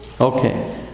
Okay